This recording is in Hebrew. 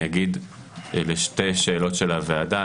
אגיד לשתי שאלות של הוועדה.